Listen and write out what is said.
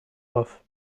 off